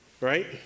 right